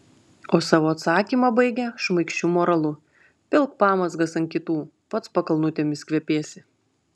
o savo atsakymą baigia šmaikščiu moralu pilk pamazgas ant kitų pats pakalnutėmis kvepėsi